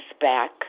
back